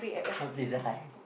Pizza-Hut